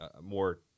more